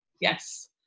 Yes